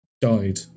died